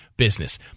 business